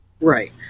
Right